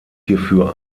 hierfür